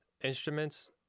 instruments